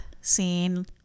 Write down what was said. scene